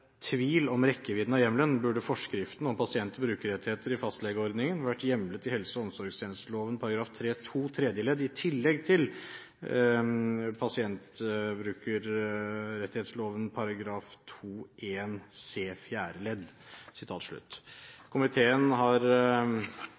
tvil om rekkevidden av hjemmelen, burde forskrift om pasient- og brukerrettigheter i fastlegeordningen vært hjemlet i helse- og omsorgstjenesteloven § 3-2 tredje ledd i tillegg til pasbrul § 2-1c fjerde ledd.»